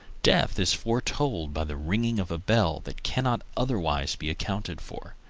death is foretold by the ringing of a bell that cannot otherwise be accounted for.